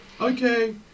Okay